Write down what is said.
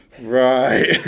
Right